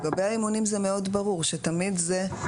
לגבי האימונים זה מאוד ברור רגע,